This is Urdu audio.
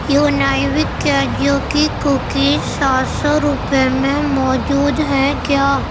یونیبک کاجو کی کوکیز سات سو روپے میں موجود ہیں کیا